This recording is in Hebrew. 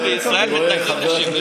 מה, בישראל מתנגדים לשוויון?